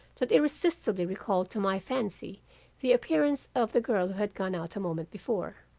that irresistibly recalled to my fancy the appearance of the girl who had gone out a moment before.